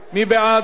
מי נגד?